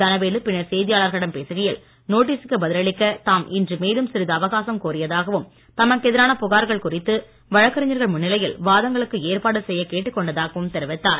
தனவேலு பின்னர் செய்தியாளர்களிடம் பேசுகையில் நோட்டீசுக்கு பதில் அளிக்க தாம் இன்று மேலும் சிறிது அவகாசம் கோரியதாகவும் தமக்கு எதிரான புகார்கள் குறித்து வழக்கறிஞர்கள் முன்னிலையில் வாதங்களுக்கு ஏற்பாடு செய்யக் கேட்டுக் கொண்டதாகவும் தெரிவித்தார்